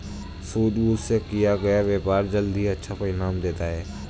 सूझबूझ से किया गया व्यापार जल्द ही अच्छा परिणाम देता है